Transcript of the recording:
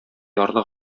ярлы